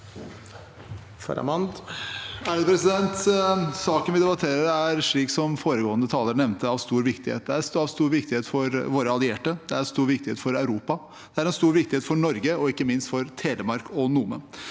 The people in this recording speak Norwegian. (H) Saken vi de- batterer, er – som foregående taler nevnte – av stor viktighet. Den er av stor viktighet for våre allierte, for Europa, for Norge og ikke minst for Telemark og Nome.